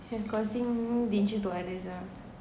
their causing danger to others lah